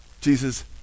Jesus